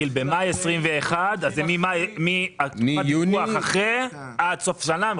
התחיל במאי 2021 אז זה מתחילת תקופת הדיווח ועד סוף השנה,